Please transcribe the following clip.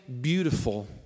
beautiful